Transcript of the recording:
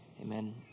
Amen